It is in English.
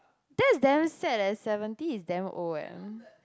that's damn sad eh seventy is damn old eh